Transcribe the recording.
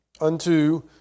unto